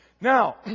Now